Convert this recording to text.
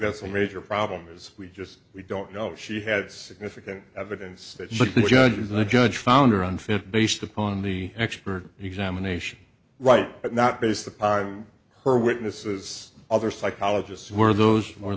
that's a major problem is we just we don't know if she had significant evidence that the judges and the judge found her unfit based upon the expert examination right but not based upon her witnesses other psychologists were those